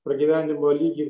pragyvenimo lygį